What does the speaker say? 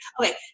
okay